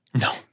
No